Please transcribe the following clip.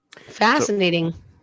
Fascinating